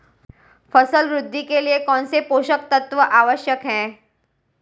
फसल वृद्धि के लिए कौनसे पोषक तत्व आवश्यक हैं?